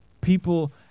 People